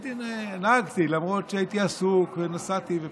נהגתי, למרות שהייתי עסוק ונסעתי.